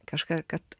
kažką kad